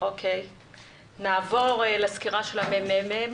נעבור לסקירה של הממ"מ.